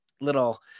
little